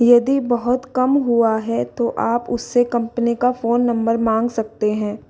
यदि बहुत कम हुआ है तो आप उस से कम्पनी का फ़ोन नंबर मांग सकते हैं